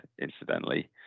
incidentally